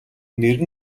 нэр